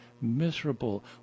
miserable